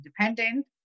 independent